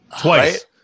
Twice